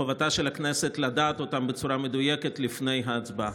חובתה של הכנסת לדעת אותם בצורה מדויקת לפני ההצבעה.